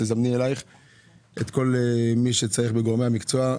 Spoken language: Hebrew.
שתזמני אליך את כל מי שצריך מבין גורמי המקצוע,